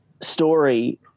story